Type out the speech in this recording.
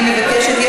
אני מבקשת.